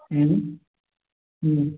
हूँ हूँ